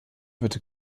wird